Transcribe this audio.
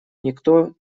никто